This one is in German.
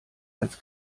als